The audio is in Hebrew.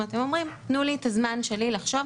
הם אומרים: תנו לי את הזמן שלי לחשוב.